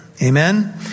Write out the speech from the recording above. amen